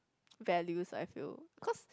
values I feel cause